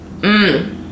mmm